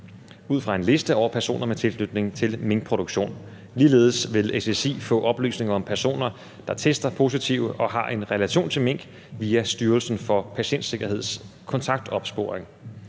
ud fra en liste over personer med tilknytning til minkproduktion i stedet for på vurderinger. Ligeledes vil SSI få oplysninger om personer, der tester positive og har en relation til mink, via Styrelsen for Patientsikkerheds kontaktopsporing.